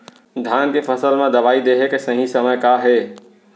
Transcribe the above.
धान के फसल मा दवई देहे के सही समय का हे?